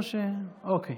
אוקיי.